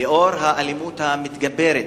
לנוכח האלימות המתגברת,